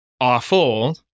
awful